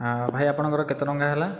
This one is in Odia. ହଁ ଭାଇ ଆପଣଙ୍କର କେତେ ଟଙ୍କା ହେଲା